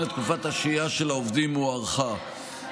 תקופות השהייה של העובדים הזרים השוהים בארץ הוארכה.